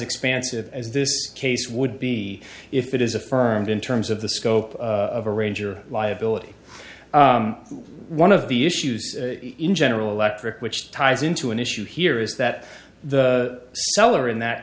expansive as this case would be if it is affirmed in terms of the scope of a ranger liability one of the issues in general electric which ties into an issue here is that the seller in that